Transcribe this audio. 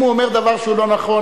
אם הוא אומר דבר שהוא לא נכון,